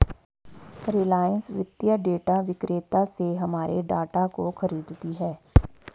रिलायंस वित्तीय डेटा विक्रेता से हमारे डाटा को खरीदती है